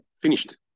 finished